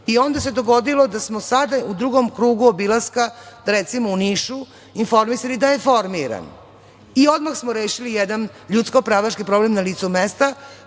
Onda se dogodilo da smo sada u drugom krugu obilaska, recimo u Nišu, informisali da je formiran i odmah smo rešili jedan ljudsko-pravni problem na licu mesta